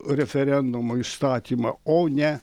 referendumo įstatymą o ne